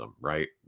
right